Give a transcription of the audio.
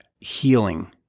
healing